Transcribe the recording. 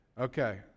okay